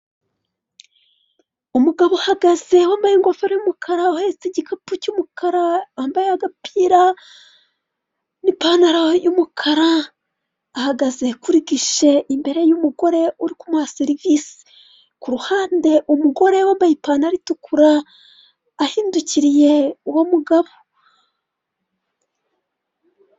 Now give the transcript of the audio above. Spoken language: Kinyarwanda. Umugabo uhagaze wambaye ingofero y'umukara, uhetse igikapu cy'umukara, wambaye agapira n'ipantaro y'umukara, ahagaze kuri gishe imbere y'umugore uri kumuha serivise. Kuruhande umugore wambaye ipantaro itukura ahindukiriye uwo mugabo.